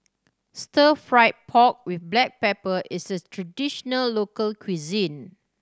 Stir Fried Pork With Black Pepper is a traditional local cuisine